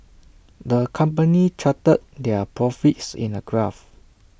the company charted their profits in A graph